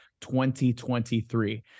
2023